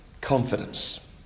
Confidence